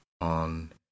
on